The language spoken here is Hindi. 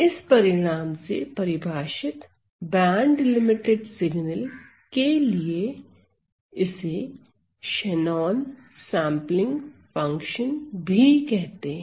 इस परिणाम से परिभाषित बैंडलिमिटेड सिग्नल के लिए इसे शेनॉन सेंपलिंग फंक्शन भी कहते हैं